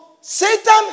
Satan